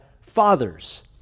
fathers